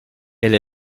elle